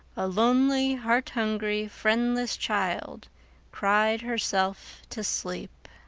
a lonely, heart-hungry, friendless child cried herself to sleep.